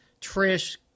Trish